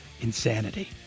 Insanity